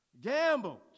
gambled